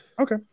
Okay